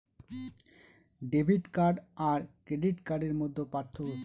Debit card আর credit কার্ডের মধ্যে পার্থক্য কি?